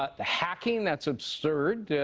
ah the hacking that's absurd.